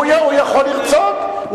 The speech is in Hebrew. הוא יכול לרצות.